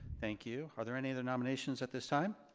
thank you. are there any other nominations at this time?